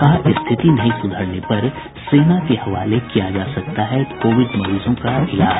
कहा स्थिति नहीं सुधरने पर सेना के हवाले किया जा सकता है कोविड मरीजों का इलाज